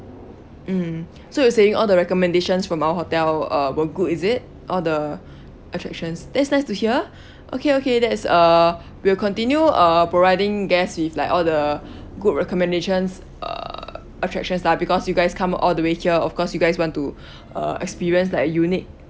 mm so you're saying all the recommendations from our hotel uh were good is it all the attractions that's nice to hear okay okay that's uh we'll continue uh providing guests with like all the good recommendations uh attractions lah because you guys come all the way here of course you guys want to uh experience like a unique